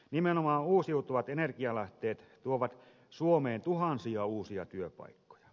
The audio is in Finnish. nimenomaan uusiutuvat energianlähteet tuovat suomeen tuhansia uusia työpaikkoja